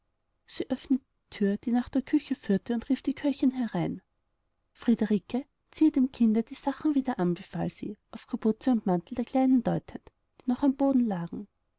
sie öffnete die thür die nach der küche führte und rief die köchin herein friederike ziehe dem kinde die sachen wieder an befahl sie auf kapuze und mantel der kleinen deutend die noch am boden lagen